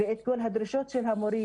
ואת כל הדרישות של המורים.